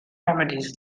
remedies